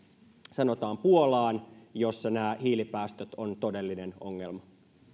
sanotaan puolaan jossa nämä hiilipäästöt ovat todellinen ongelma